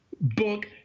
book